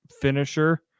finisher